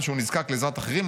ומכיוון שהוא נזקק לעזרת אחרים,